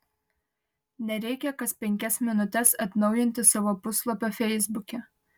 nereikia kas penkias minutes atnaujinti savo puslapio feisbuke